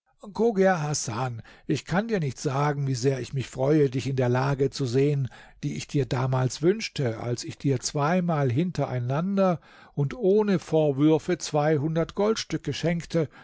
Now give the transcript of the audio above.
ich kann dir nicht sagen wie sehr ich mich freue dich in der lage zu sehen die ich dir damals wünschte als ich dir zweimal hintereinander und ohne vorwürfe zweihundert goldstücke schenkte